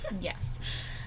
Yes